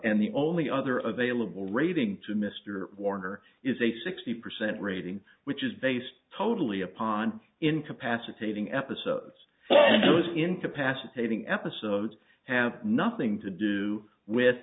and the only other available rating to mr warner is a sixty percent rating which is based totally upon incapacitating episodes incapacitating episodes have nothing to do with